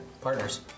partners